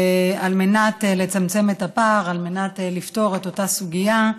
על מנת לצמצם את הפער, על מנת לפתור את הסוגיה.